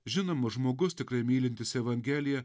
žinoma žmogus tikrai mylintis evangeliją